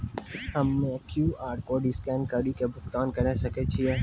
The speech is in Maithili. हम्मय क्यू.आर कोड स्कैन कड़ी के भुगतान करें सकय छियै?